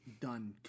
done